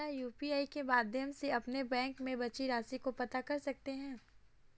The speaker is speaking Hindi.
क्या यू.पी.आई के माध्यम से अपने बैंक में बची राशि को पता कर सकते हैं?